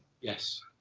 Yes